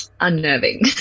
unnerving